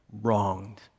wronged